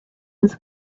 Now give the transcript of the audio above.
was